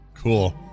Cool